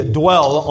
dwell